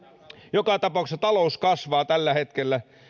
joka tapauksessa talous kasvaa tällä hetkellä